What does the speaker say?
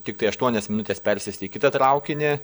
tiktai aštuonias minutes persėsti į kitą traukinį